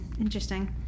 Interesting